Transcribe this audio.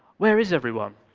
where is everyone?